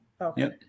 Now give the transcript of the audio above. Okay